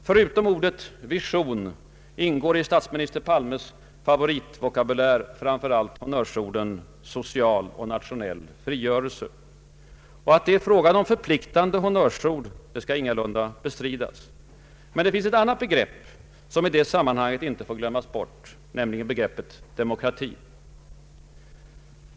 Förutom ordet ”vision” ingår i statsminister Palmes favoritvokabulär framför allt honnörsorden ”social och nationell frigörelse”. Att det är fråga om förpliktande begrepp skall ingalunda bestridas. Men det finns ett annat begrepp, som i det sammanhanget inte får glömmas bort, nämligen ”demokrati”.